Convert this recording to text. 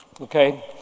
Okay